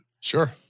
Sure